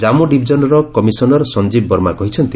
କାମ୍ମୁ ଡିଭିଜନର କମିଶନର ସଞ୍ଜୀବ ବର୍ମା କହିଛନ୍ତି